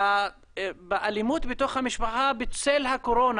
באלימות בתוך המשפחה בצל הקורונה,